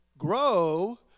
grow